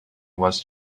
was